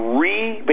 re-